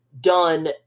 done